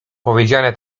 powiedziane